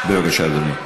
בבקשה, אדוני.